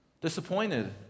disappointed